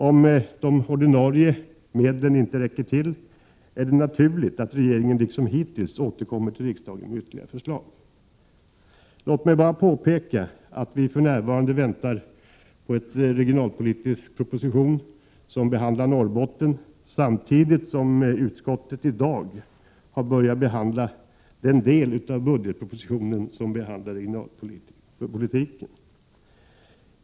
Om de ordinarie medlen inte räcker till är det naturligt att regeringen liksom hittills återkommer till riksdagen med ytterligare förslag. Låt mig bara påpeka att vi för närvarande väntar på en regionalpolitisk proposition som behandlar Norrbotten. Samtidigt har utskottet i dag börjat behandla den del av budgetpropositionen som gäller regionalpolitiken.